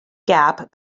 gap